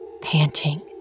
panting